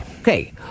Okay